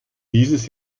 dieses